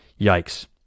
yikes